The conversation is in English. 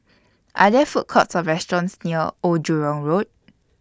Are There Food Courts Or restaurants near Old Jurong Road